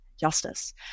justice